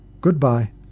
Goodbye